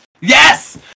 Yes